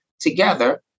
together